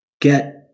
Get